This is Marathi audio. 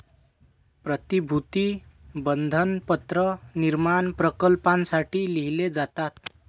प्रतिभूती बंधपत्र निर्माण प्रकल्पांसाठी लिहिले जातात